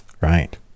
Right